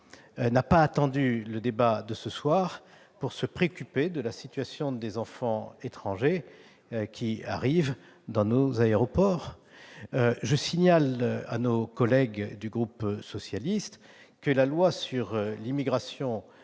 n'a pas attendu le débat de ce soir pour se préoccuper de la situation des enfants étrangers qui arrivent dans nos aéroports. Je signale à nos collègues du groupe socialiste et républicain